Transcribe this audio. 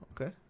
okay